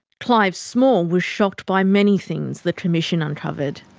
clive small was shocked by many things the commission uncovered.